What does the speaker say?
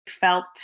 felt